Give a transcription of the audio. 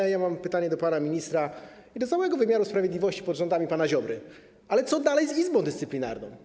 Ale ja mam pytanie do pana ministra, do całego wymiaru sprawiedliwości pod rządami pana Ziobry: Co dalej z Izbą Dyscyplinarną?